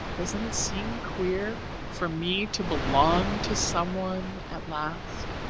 doesn't it seem queer for me to belong to someone at last?